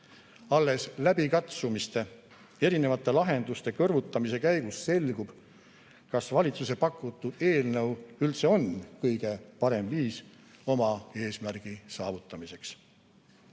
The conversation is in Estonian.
Alles läbikatsumiste, erinevate lahenduste kõrvutamise käigus selgub, kas valitsuse pakutud eelnõu üldse on kõige parem viis oma eesmärgi saavutamiseks. See